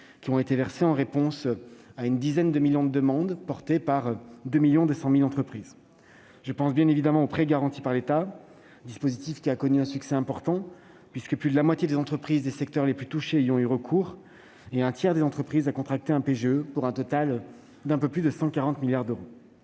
ont été versés en réponse à une dizaine de millions de demandes, portées par 2,2 millions d'entreprises. Je pense aussi aux prêts garantis par l'État. Ce dispositif a connu un succès important : plus de la moitié des entreprises des secteurs les plus touchés y ont eu recours et un tiers des entreprises a contracté un PGE, pour un total de plus de 140 milliards d'euros.